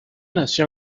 nació